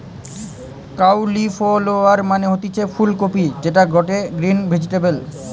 cauliflower মানে হতিছে ফুল কপি যেটা গটে গ্রিন ভেজিটেবল